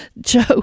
Joe